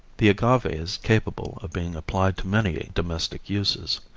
the agave is capable of being applied to many domestic uses.